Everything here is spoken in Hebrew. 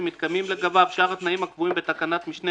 ובלבד שמתקיימים לגביו שאר התנאים הקבועים בתקנת משנה